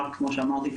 כמו שאמרתי,